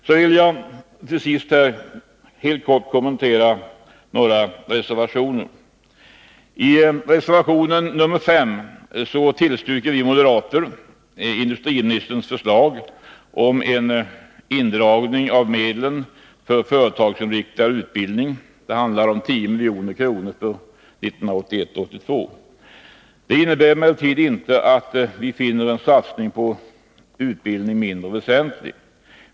Jag vill till sist helt kort kommentera några reservationer. I reservation nr 5 tillstyrker vi moderater industriministerns förslag om en indragning av medlen för företagsinriktad utbildning. Det handlar om 10 milj.kr. för 1981/82. Detta innebär inte att vi finner en satsning på utbildning mindre väsentlig.